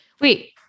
Wait